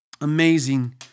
amazing